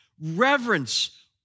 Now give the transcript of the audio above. reverence